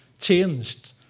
changed